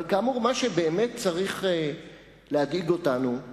אבל, כאמור, מה שבאמת צריך להדאיג אותנו הוא